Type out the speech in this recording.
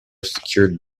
secured